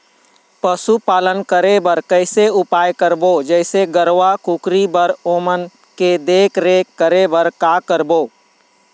पशुपालन करें बर कैसे उपाय करबो, जैसे गरवा, कुकरी बर ओमन के देख देख रेख करें बर का करबो?